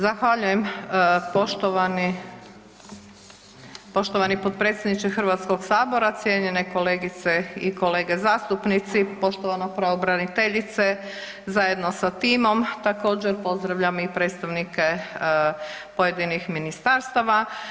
Zahvaljujem poštovani, poštovani potpredsjedniče HS, cijenjene kolegice i kolege zastupnici, poštovana pravobraniteljice zajedno sa timom, također pozdravljam i predstavnike pojedinih ministarstava.